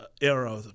era